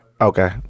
Okay